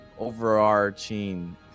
Overarching